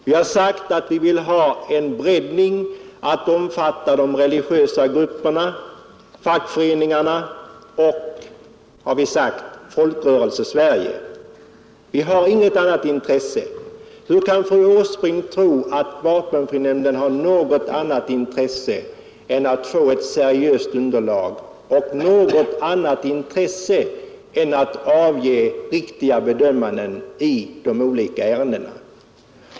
Vi har sagt att vi vill ha en breddning att omfatta de religiösa grupperna, fackföreningarna och Folkrörelsesverige. Vi har inget annat intresse. Hur kan fru Åsbrink tro att vapenfrinämnden har något annat intresse än att få ett seriöst underlag och att avge riktiga bedömanden i de olika ärendena?